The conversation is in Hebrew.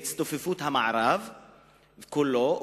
בהצטופפות המערב כולו,